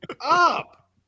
up